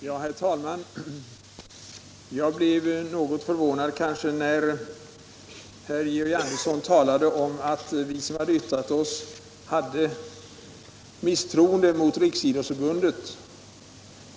Herr talman! Jag blev något förvånad, när herr Andersson i Lycksele påstod att vi som har yttrat oss hyser misstroende mot Riksidrottsförbundet.